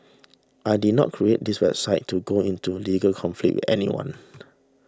I did not create this website to go into legal conflict with anyone